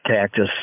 cactus